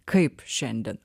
kaip šiandien